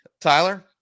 Tyler